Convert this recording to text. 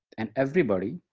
and everybody,